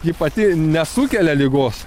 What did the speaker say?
ji pati nesukelia ligos